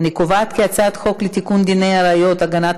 להעביר את הצעת החוק לתיקון דיני הראיות (הגנת